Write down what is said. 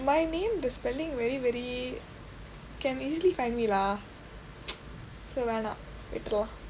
my name the spelling very very can easily find it lah so வேண்டாம் விட்டுரலாம்:veendaam vitturalaam